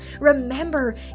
remember